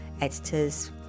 editors